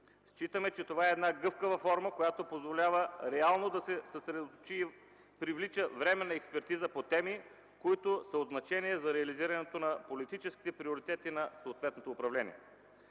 Считаме, че това е една гъвкава форма, която позволява реално да се съсредоточи и привлича временна експертиза по теми, които са от значение за реализирането на политическите приоритети на съответното управление.